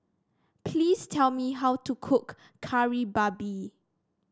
please tell me how to cook Kari Babi